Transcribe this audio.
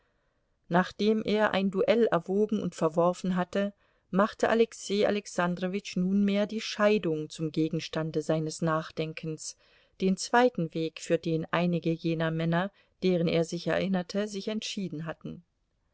nachdem er ein duell erwogen und verworfen hatte machte alexei alexandrowitsch nunmehr die scheidung zum gegenstande seines nachdenkens den zweiten weg für den einige jener männer deren er sich erinnerte sich entschieden hatten